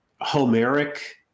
Homeric